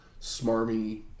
smarmy